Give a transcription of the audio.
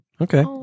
okay